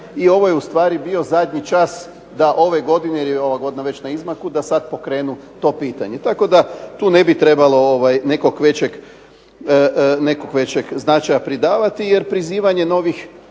i ovo je ustvari bio zadnji čas da ove godine jer je ova godina već na izmaku, da sad pokrenu to pitanje. Tako da tu ne bi trebalo nekog većeg značaja pridavati jer prizivanje novih